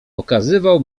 pokazywał